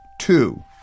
Two